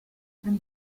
and